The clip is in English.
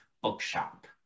bookshop